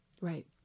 Right